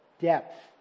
Depth